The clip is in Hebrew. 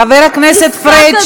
חבר הכנסת פריג',